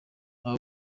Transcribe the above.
aba